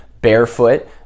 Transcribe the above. barefoot